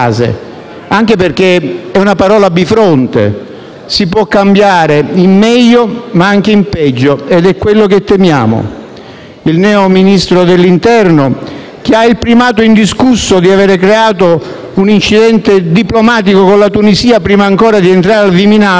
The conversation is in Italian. anche perché è una parola bifronte. Si può cambiare in meglio, ma anche in peggio; ed è quello che temiamo. Il neo Ministro dell'interno, che ha il primato indiscusso di avere creato un incidente diplomatico con la Tunisia prima ancora di entrare al Viminale,